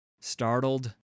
Startled